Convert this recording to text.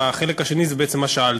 והחלק השני זה בעצם מה ששאלת.